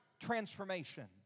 transformation